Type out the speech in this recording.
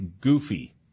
goofy